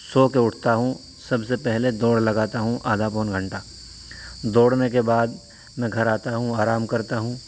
سو کے اٹھتا ہوں سب سے پہلے دوڑ لگاتا ہوں آدھا پون گھنٹہ دوڑنے کے بعد میں گھر آتا ہوں آرام کرتا ہوں